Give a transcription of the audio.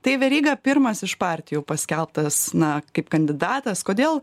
tai veryga pirmas iš partijų paskelbtas na kaip kandidatas kodėl